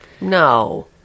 no